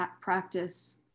practice